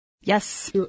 yes